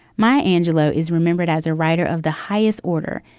maya angelou is remembered as a writer of the highest order.